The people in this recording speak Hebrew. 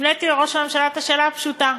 והפניתי לראש הממשלה את השאלה הפשוטה: